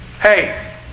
Hey